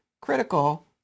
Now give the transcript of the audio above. critical